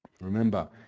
Remember